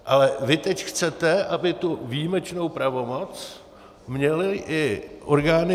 Ale vy teď chcete, aby tu výjimečnou pravomoc měly i orgány